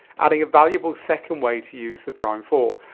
adding a valuable second way to use the prime four.